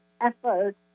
effort